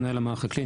מנהל המערך הקליני,